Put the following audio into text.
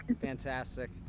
fantastic